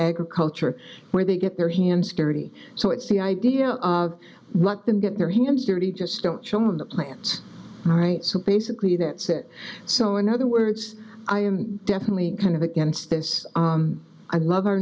agriculture where they get their hands dirty so it's the idea of let them get their hands dirty just don't show them the plants all right so basically that said so in other words i am definitely kind of against this i love our